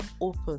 open